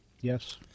Yes